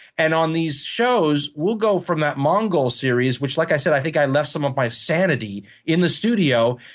and on these shows, we'll go from that mongol series, which like i said, i think i left some of my sanity in the studio,